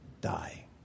die